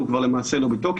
הוא כבר למעשה לא בתוקף.